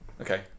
Okay